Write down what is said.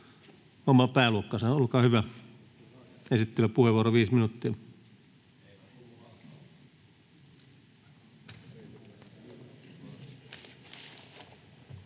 oma pääluokkansa, olkaa hyvä, esittelypuheenvuoro viisi minuuttia.